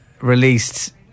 released